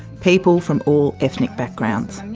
people from all ethnic backgrounds.